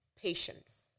patience